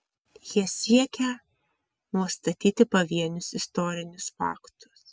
jie siekią nustatyti pavienius istorinius faktus